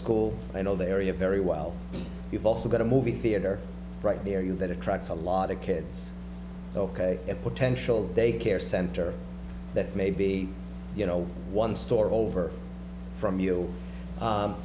school i know the area very well you've also got a movie theater right near you that attracts a lot of kids ok a potential daycare center that maybe you know one store over from